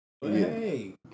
Hey